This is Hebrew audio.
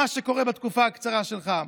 מה שקורה בתקופה הקצרה שלך.